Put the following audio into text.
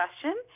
question